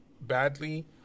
badly